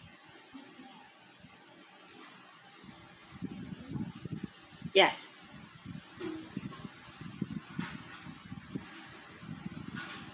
yeah